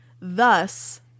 thus